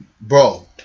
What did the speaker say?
Bro